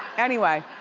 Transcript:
anyway,